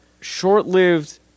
short-lived